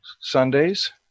Sundays